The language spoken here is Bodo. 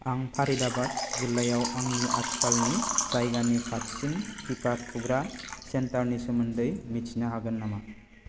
आं फारिदाबाद जिल्लायाव आंनि आथिखालनि जायगानि खाथिसिन टिका थुग्रा सेन्टारनि सोमोन्दै मिथिनो हागोन नामा